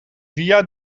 via